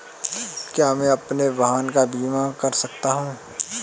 क्या मैं अपने वाहन का बीमा कर सकता हूँ?